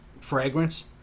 fragrance